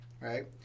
right